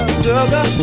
sugar